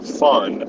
fun